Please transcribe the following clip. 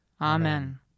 Amen